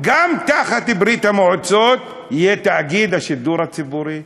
תחת ברית המועצות יהיה גם תאגיד השידור הציבורי.